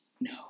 No